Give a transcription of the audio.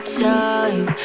time